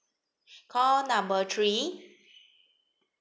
call number three